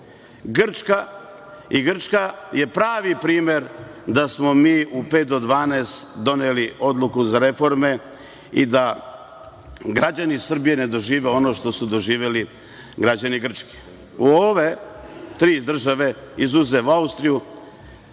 godine. Grčka je pravi primer da smo mi u pet do dvanaest doneli odluku za reforme i da građani Srbije ne dožive ono što su doživeli građani Grčke. U ove tri države, izuzev Austrije,